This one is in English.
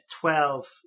Twelve